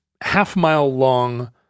half-mile-long